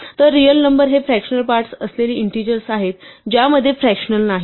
तर real number हे fractional parts असलेले इंटीजर्स आहेत ज्यामध्ये फ्रकॅशनल नाहीत